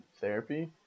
therapy